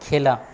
খেলা